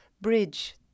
bridge